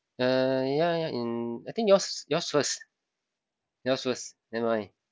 uh yeah yeah in I think yours yours first yours first then mine